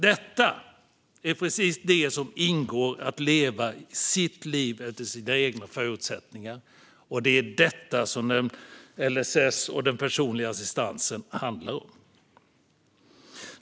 Detta ingår ju i att leva sitt liv efter sina förutsättningar, och det är det LSS och den personliga assistansen handlar om.